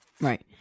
Right